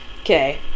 Okay